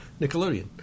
Nickelodeon